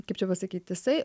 kaip čia pasakyt jisai